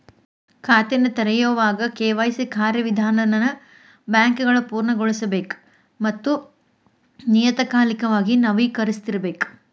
ಖಾತೆನ ತೆರೆಯೋವಾಗ ಕೆ.ವಾಯ್.ಸಿ ಕಾರ್ಯವಿಧಾನನ ಬ್ಯಾಂಕ್ಗಳ ಪೂರ್ಣಗೊಳಿಸಬೇಕ ಮತ್ತ ನಿಯತಕಾಲಿಕವಾಗಿ ನವೇಕರಿಸ್ತಿರಬೇಕ